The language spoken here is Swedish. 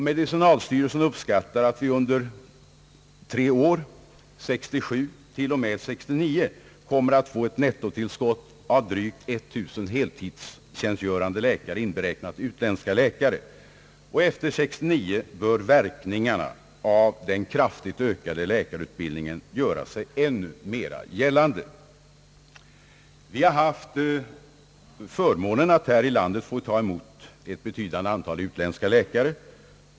Medicinalstyrelsen uppskattar att vi under tre år, 1967—1969, kommer att få ett nettotillskott av drygt 1000 heltidstjänstgörande läkare, inberäknat utländska läkare, Och efter 1969 bör verkningarna av den kraftigt ökade läkarutbildningen göra sig än mera gällande. Vi har haft förmånen att här i landet få ta emot ett betydande antal utländska läkare.